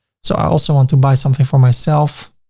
so i also want to buy something for myself.